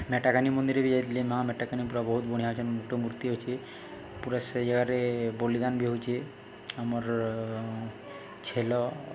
ମେଟାକାନି ମନ୍ଦିର୍ ବି ଯାଇଥିଲି ମା' ମେଟାକାନି ପୁରା ବହୁତ୍ ବଢ଼ିଆଁ ଅଛନ୍ ଗୁଟେ ମୂର୍ତ୍ତି ଅଛେ ପୁରା ସେ ଜାଗାରେ ବଲିଦାନ୍ ବି ହଉଛେ ଆମର୍ ଛେଲ୍